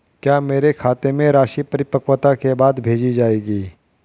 क्या मेरे खाते में राशि परिपक्वता के बाद भेजी जाएगी?